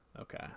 Okay